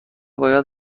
باید